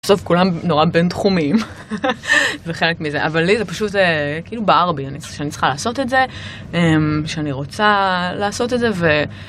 בסוף כולנו נורא בינתחומיים, זה חלק מזה, אבל לי זה פשוט כאילו בער בי, שאני צריכה לעשות את זה, שאני רוצה לעשות את זה ו...